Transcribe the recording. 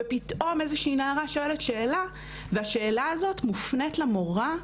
ופתאום איזו שהיא נערה שואלת שאלה והשאלה הזו מופנית למורה.